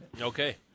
Okay